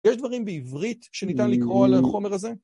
יש דברים בעברית שניתן לקרוא על החומר הזה?